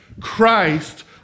Christ